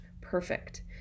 perfect